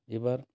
ᱮᱵᱟᱨ